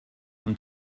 und